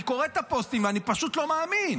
אני קורא את הפוסטים ואני פשוט לא מאמין.